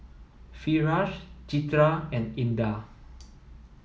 Firash Citra and Indah